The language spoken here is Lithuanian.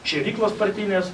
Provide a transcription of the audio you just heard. šėryklos partinės